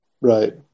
Right